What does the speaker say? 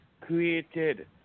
created